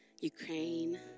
Ukraine